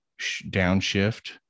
downshift